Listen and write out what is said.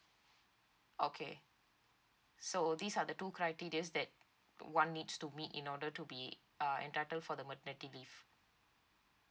okay so these are the two criterias that one needs to meet in order to be uh entitled for the maternity leave